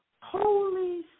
holy